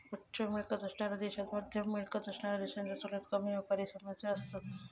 उच्च मिळकत असणाऱ्या देशांत मध्यम मिळकत असणाऱ्या देशांच्या तुलनेत कमी व्यापारी समस्या असतत